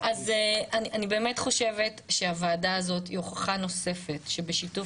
אז אני באמת חושבת שהוועדה הזאת היא הוכחה נוספת שבשיתוף